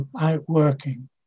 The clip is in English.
outworking